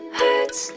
hurts